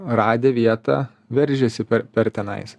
radę vietą veržiasi per per tenais